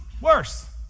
worse